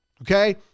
Okay